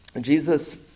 Jesus